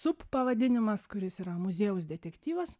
sup pavadinimas kuris yra muziejaus detektyvas